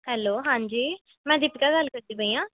hello ਹਾਂਜੀ ਮੈਂ ਦੀਪਿਕਾ ਗੱਲ ਕਰਦੀ ਪਈ ਹਾਂ